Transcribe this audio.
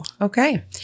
Okay